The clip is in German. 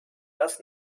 das